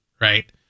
right